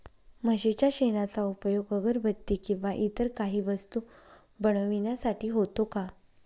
म्हशीच्या शेणाचा उपयोग अगरबत्ती किंवा इतर काही वस्तू बनविण्यासाठी होतो का?